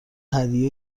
هدیه